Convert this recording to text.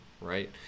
right